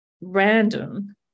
random